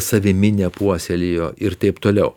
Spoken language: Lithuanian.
savimi nepuoselėjo ir taip toliau